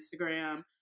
Instagram